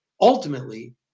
ultimately